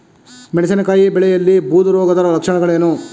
ಮೆಣಸಿನಕಾಯಿ ಬೆಳೆಯಲ್ಲಿ ಬೂದು ರೋಗದ ಲಕ್ಷಣಗಳೇನು?